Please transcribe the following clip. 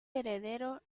heredero